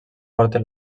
porta